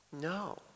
No